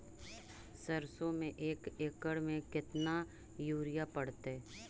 सरसों में एक एकड़ मे केतना युरिया पड़तै?